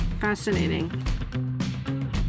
Fascinating